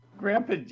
Grandpa